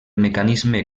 mecanisme